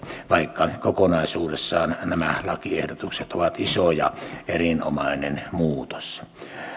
vaikka kokonaisuudessaan nämä lakiehdotukset ovat iso ja erinomainen muutos